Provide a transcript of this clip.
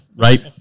Right